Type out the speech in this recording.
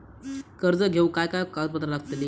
कर्ज घेऊक काय काय कागदपत्र लागतली?